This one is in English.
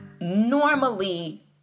normally